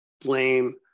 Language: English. blame